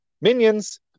minions